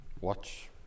watch